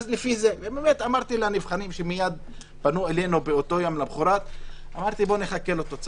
באמת אמרתי לנבחנים שפנו אלינו באותו יום ולמוחרת: בואו נחכה לתוצאות.